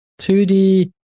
2D